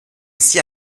ici